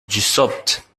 dussopt